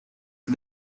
for